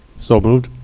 so moved.